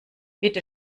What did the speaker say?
bitte